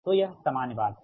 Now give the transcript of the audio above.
तो यह सामान्य बात है